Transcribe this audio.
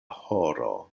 horo